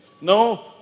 no